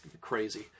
crazy